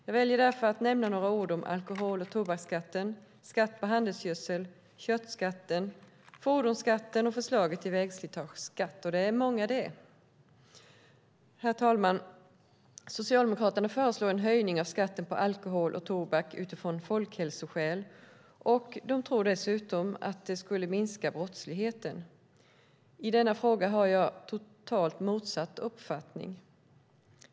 Jag väljer därför att nämna några ord om alkohol och tobakskatten, skatt på handelsgödsel, köttskatten, fordonsskatten och förslaget om vägslitageskatt. Det är många bara det. Herr talman! Socialdemokraterna föreslår en höjning av skatten på alkohol och tobak utifrån folkhälsoskäl, och de tror dessutom att det skulle minska brottsligheten. I denna fråga har jag totalt motsatt uppfattning.